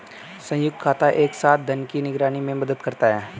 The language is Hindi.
संयुक्त खाता एक साथ धन की निगरानी में मदद करता है